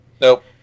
Nope